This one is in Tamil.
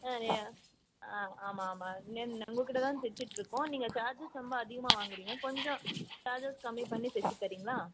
அப்படியா ஆ ஆமாம் ஆமாம் மேம் உங்கக்கிட்டே தான் தச்சுட்ருக்கோம் நீங்கள் சார்ஜஸ் ரொம்ப அதிகமாக வாங்குகிறிங்க கொஞ்சம் சார்ஜஸ் கம்மி பண்ணி தைச்சி தர்றீங்களா